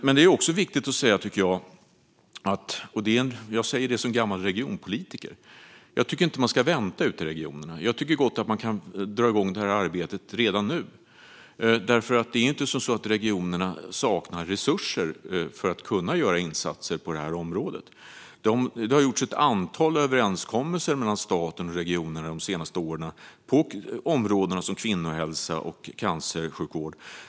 Som gammal regionpolitiker vill jag dock säga att jag inte tycker att man ska vänta ut regionerna. Jag tycker gott att man kan dra igång det här arbetet redan nu. Det är ju inte så att regionerna saknar resurser för att kunna göra insatser på detta område. De senaste åren har det gjorts ett antal överenskommelser mellan staten och regionerna på områden som kvinnohälsa och cancersjukvård.